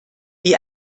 wie